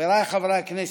חבריי חברי הכנסת,